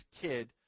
kid